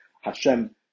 Hashem